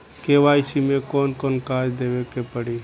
KYC मे कौन कौन कागज देवे के पड़ी?